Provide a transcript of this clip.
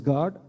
God